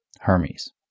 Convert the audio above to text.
Hermes